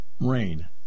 rain